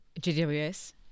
GWS